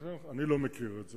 אני לא מכיר את זה.